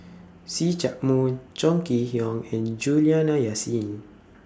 See Chak Mun Chong Kee Hiong and Juliana Yasin